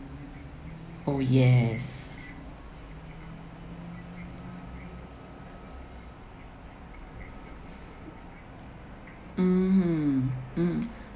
oh yes um mm um